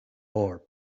more